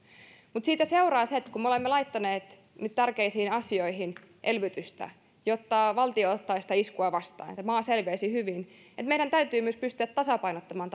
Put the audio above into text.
mutta siitä seuraa se että kun me olemme laittaneet nyt tärkeisiin asioihin elvytystä jotta valtio ottaisi sitä iskua vastaan että maa selviäisi hyvin niin meidän täytyy myös pystyä tasapainottamaan